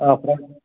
ஆ அப்புறம்